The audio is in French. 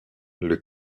les